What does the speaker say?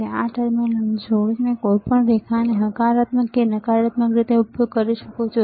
તમે આ ટર્મિનલને જોડીને કોઈપણ રેખાને હકારાત્મક નકારાત્મક તરીકે ઉપયોગ કરી શકો છો